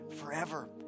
forever